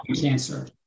cancer